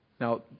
Now